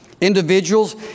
individuals